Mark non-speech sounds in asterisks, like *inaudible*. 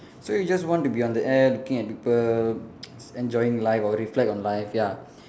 so you just want to be on the air looking at people *noise* enjoying life or reflect on life ya